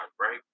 right